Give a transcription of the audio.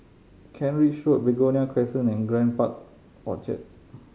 Kent Ridge Road Begonia Crescent and Grand Park Orchard